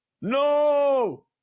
No